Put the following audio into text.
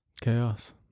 Chaos